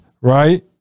Right